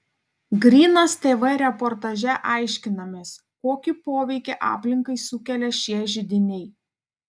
grynas tv reportaže aiškinamės kokį poveikį aplinkai sukelia šie židiniai